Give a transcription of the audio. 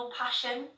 passion